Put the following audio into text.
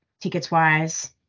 tickets-wise